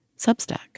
Substack